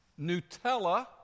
Nutella